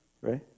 Right